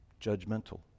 Judgmental